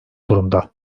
durumda